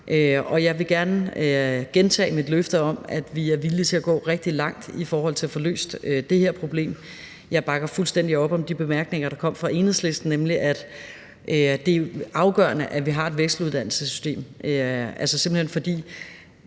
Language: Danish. og jeg vil gerne gentage mit løfte om, at vi er villige til at gå rigtig langt i forhold til at få løst det her problem. Jeg bakker fuldstændig op om de bemærkninger, der kom fra Enhedslisten, nemlig at det er afgørende, at vi har et vekseluddannelsessystem, for skolepraktik